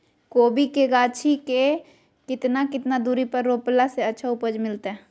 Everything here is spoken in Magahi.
कोबी के गाछी के कितना कितना दूरी पर रोपला से अच्छा उपज मिलतैय?